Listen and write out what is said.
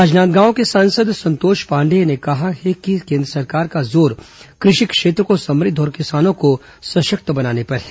राजनादगांव सांसद संतोष पांडेय ने कहा कि केन्द्र सरकार का जोर कृषि क्षेत्र को समृद्ध और किसानों को सशक्त बनाने पर है